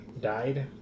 died